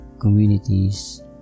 communities